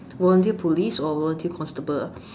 volunteer police or volunteer constable